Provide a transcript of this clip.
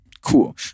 Cool